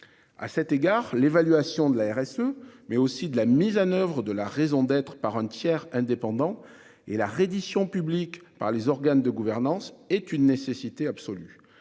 À cet égard, l'évaluation de la RSE mais aussi de la mise en oeuvre de la raison d'être par un tiers, indépendant et la reddition publique par les organes de gouvernance est une nécessité absolue.